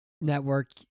network